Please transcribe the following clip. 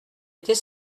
était